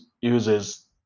uses